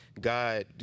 God